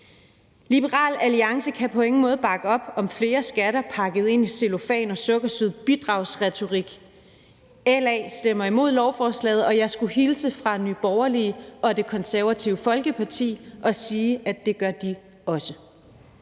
Liberal Alliance kan på ingen måde bakke op om flere skatter pakket ind i cellofan og sukkersød bidragsretorik. LA stemmer imod lovforslaget, og jeg skulle hilse fra Nye Borgerlige og Det Konservative Folkeparti og sige, at det gør de også.